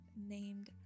named